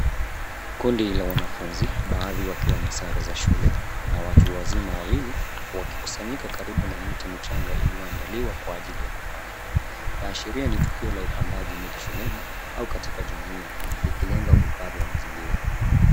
Kundi la wanafunzi baadhi wakiwa na sare za shule, na watu wazima wawili, wakikusanyika karibu na miti michanga iliyoandaliwa kwa ajili ya kupandwa. Yaashiria ni tuki la upandaji miti shuleni au katika jumuiya likilenga uhifadhi wa mazingira.